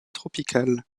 tropicale